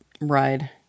ride